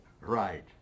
Right